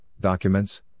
documents